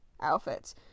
outfits